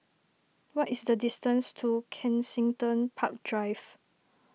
what is the distance to Kensington Park Drive